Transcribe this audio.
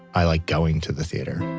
i like going to the theater.